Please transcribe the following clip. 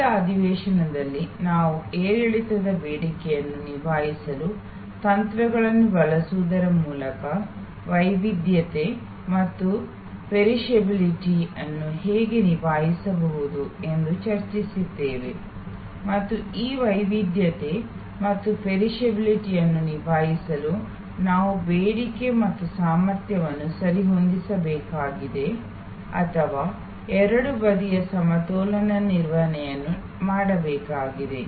ಕಳೆದ ಅಧಿವೇಶನದಲ್ಲಿ ನಾವು ಏರಿಳಿತದ ಬೇಡಿಕೆಯನ್ನು ನಿಭಾಯಿಸಲು ತಂತ್ರಗಳನ್ನು ಬಳಸುವುದರ ಮೂಲಕ ವೈವಿಧ್ಯತೆ ಮತ್ತು ನಶಿಸುವಿಕೆಯನ್ನು ಹೇಗೆ ನಿಭಾಯಿಸಬಹುದು ಎಂದು ಚರ್ಚಿಸಿದ್ದೇವೆ ಮತ್ತು ಈ ವೈವಿಧ್ಯತೆ ಮತ್ತು ನಶಿಸುವಿಕೆಯನ್ನು ನಿಭಾಯಿಸಲು ನಾವು ಬೇಡಿಕೆ ಮತ್ತು ಸಾಮರ್ಥ್ಯವನ್ನು ಸರಿಹೊಂದಿಸಬೇಕಾಗಿದೆ ಅಥವಾ ಎರಡೂ ಬದಿಯ ಸಮತೋಲನ ನಿರ್ವಹಣೆಯನ್ನು ಮಾಡಬೇಕಾಗಿದೆ